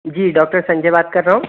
जी doctor Sanjay बात कर रहा हूँ